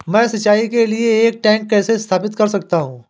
मैं सिंचाई के लिए एक टैंक कैसे स्थापित कर सकता हूँ?